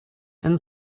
and